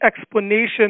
explanation